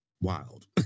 Wild